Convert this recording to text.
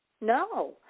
No